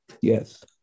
Yes